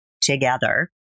together